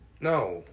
No